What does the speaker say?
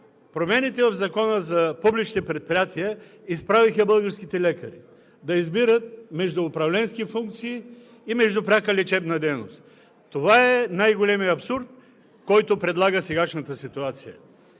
промените в Закона за публичните предприятия изправиха българските лекари да избират между управленски функции и пряка лечебна дейност. Това е най-големият абсурд, който предлага сегашната ситуация.